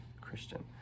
Christian